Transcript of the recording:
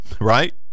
right